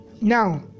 now